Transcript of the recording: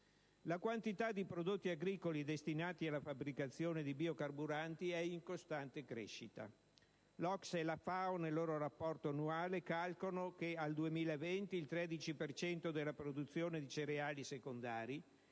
La quantità di prodotti agricoli destinati alla fabbricazione di biocarburanti è in costante crescita. L'OCSE e la FAO nel loro rapporto annuale calcolano che al 2020 il 13 per cento della produzione di cereali secondari,